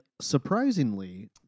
surprisingly